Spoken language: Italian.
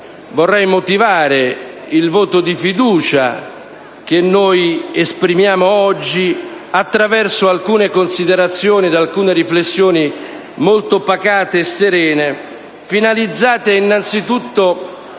vorrei motivare il voto di fiducia che noi esprimiamo oggi attraverso alcune considerazioni ed alcune riflessioni molto pacate e serene, finalizzate innanzitutto